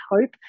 hope